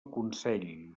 consell